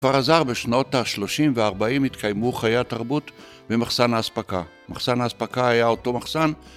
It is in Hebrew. כבר עזר, בשנות ה-30 וה-40 התקיימו חיי התרבות במחסן האספקה. מחסן האספקה היה אותו מחסן.